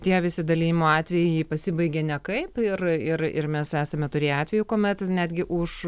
tie visi dalijimo atvejai pasibaigė nekaip ir ir ir mes esame turėję atvejų kuomet netgi už